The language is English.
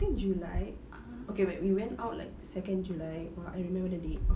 I think july okay wait we went out like second july I remember the date